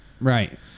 Right